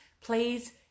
Please